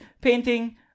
painting